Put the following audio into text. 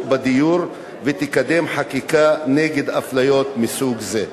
בדיור ותקדם חקיקה נגד אפליות מסוג זה.